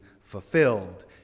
fulfilled